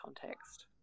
context